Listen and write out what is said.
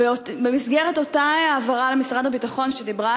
במסגרת אותה העברה למשרד הביטחון שדיברה